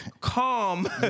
calm